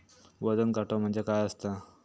वजन काटो म्हणजे काय असता?